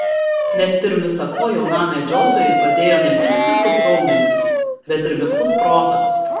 nes pirm visa ko jaunam medžiotojui padėjo ne tik stiprūs raumenys bet ir miklus protas